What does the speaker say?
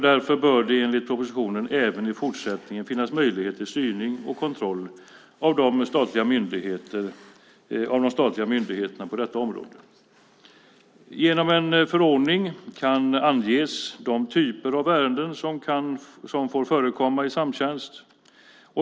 Därför bör det enligt propositionen även i fortsättningen finnas möjlighet till styrning och kontroll av de statliga myndigheterna på detta område. Genom en förordning kan anges de typer av ärenden som får förekomma i samtjänst.